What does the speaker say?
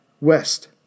west